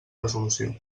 resolució